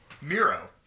Miro